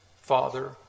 Father